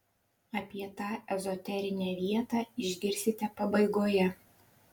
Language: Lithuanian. apie tą ezoterinę vietą išgirsite pabaigoje